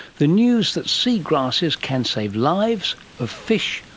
the news that seagrasses can save lives of fish,